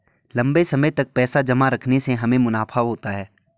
लंबे समय तक पैसे जमा रखने से हमें मुनाफा होता है